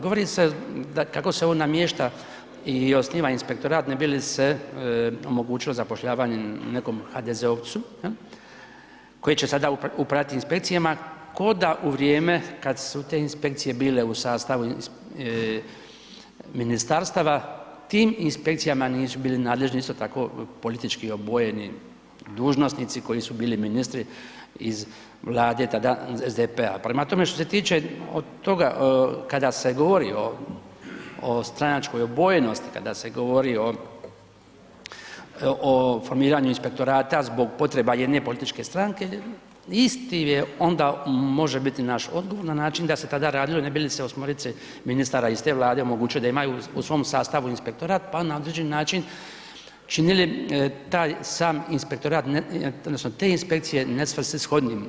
Govori se kako se ovdje namješta i osniva inspektorat ne bi li se omogućilo zapošljavanje nekog HDZ-ovcu koji će sada upravljati inspekcijama kao da u vrijeme kad su te inspekcije bile u sastavu ministarstava tim inspekcijama nisu bili nadležni isto tako politički obojeni dužnosnici koji su bili ministri iz Vlade tada SDP-a, prema tome, što se tiče toga kada se govori o stranačkoj obojenosti, kada se govori o formiranju inspektorata zbog potreba jedne političke stranke, isti je onda može biti naš odgovor na način, da se tada radilo ne bi li se osmorici ministara iz te Vlade omogućilo da imaju u svom sastavu inspektorat, pa na određeni način činili taj sam inspektorat odnosno te inspekcije nesvrsishodnijim.